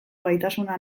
gaitasuna